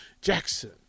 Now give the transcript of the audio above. Jackson